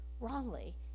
wrongly